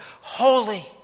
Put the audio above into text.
holy